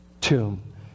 tomb